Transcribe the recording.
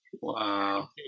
Wow